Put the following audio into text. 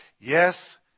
Yes